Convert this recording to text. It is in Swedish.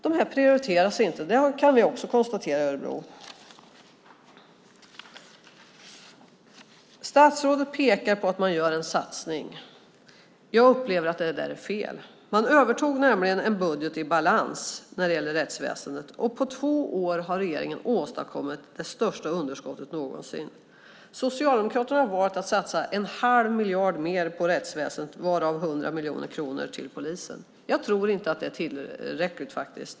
De här prioriteras inte. Det kan vi också konstatera i Örebro. Statsrådet pekar på att man gör en satsning. Jag upplever att det är fel. Man övertog nämligen en budget i balans när det gäller rättsväsendet. På två år har regeringen åstadkommit det största underskottet någonsin. Socialdemokraterna har valt att satsa 1⁄2 miljard mer på rättsväsendet. 100 miljoner kronor av dessa går till polisen. Jag tror inte att det är tillräckligt.